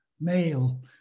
male